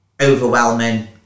overwhelming